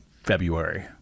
February